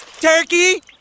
turkey